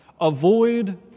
Avoid